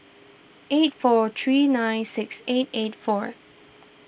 eight four three nine six eight eight four